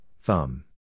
thumb